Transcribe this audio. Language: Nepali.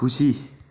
खुसी